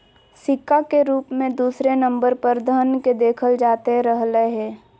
सिक्का के रूप मे दूसरे नम्बर पर धन के देखल जाते रहलय हें